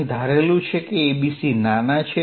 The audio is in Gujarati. અહીં ધારેલું છે કે abc નાના છે